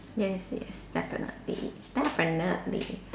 yes yes definitely definitely